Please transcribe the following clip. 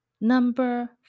Number